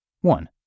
One